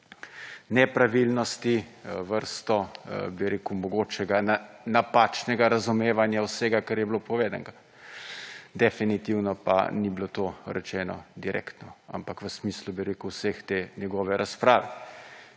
nepravilnosti, vrsto mogočega napačnega razumevanja vsega kar je bilo povedanega. definitivno pa ni bilo to rečeno direktno, ampak v smislu vse te njegove razprave.